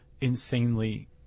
insanely